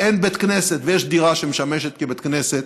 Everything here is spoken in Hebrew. אין בית כנסת ויש דירה שמשמשת כבית כנסת,